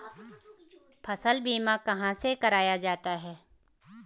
फसल बीमा कहाँ से कराया जाता है?